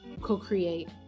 co-create